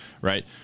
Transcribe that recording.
right